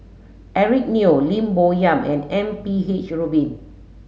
Eric Neo Lim Bo Yam and M P H Rubin